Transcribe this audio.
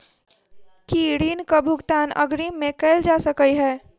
की ऋण कऽ भुगतान अग्रिम मे कैल जा सकै हय?